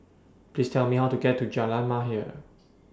Please Tell Me How to get to Jalan Mahir